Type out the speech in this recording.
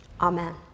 Amen